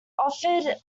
offered